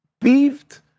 beefed